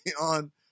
on